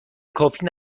کافی